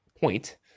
point